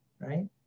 right